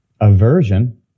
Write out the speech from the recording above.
aversion